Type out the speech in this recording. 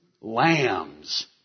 Lamb's